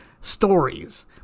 stories